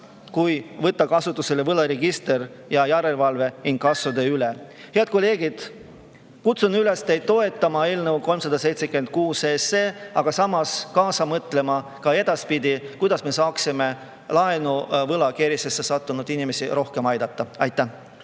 kui võtta kasutusele võlaregister ja järelevalve inkassode üle. Head kolleegid, kutsun teid üles toetama eelnõu 376, aga samas ka edaspidi kaasa mõtlema, kuidas me saaksime laenuvõlakeerisesse sattunud inimesi rohkem aidata. Aitäh!